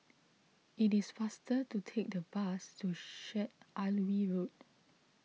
it is faster to take the bus to Syed Alwi Road